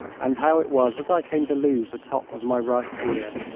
and how it was that i came to lose the top of my right ear.